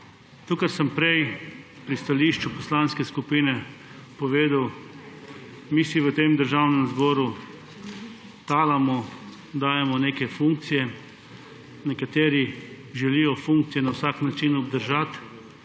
kar sem prej pri stališču poslanske skupine povedal, mi si v tem državnem zboru talamo, dajemo neke funkcije, nekateri želijo funkcije na vsak način obdržati,